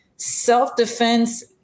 self-defense